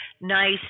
nice